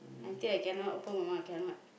until I cannot open my mouth I cannot